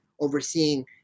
overseeing